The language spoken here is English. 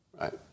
right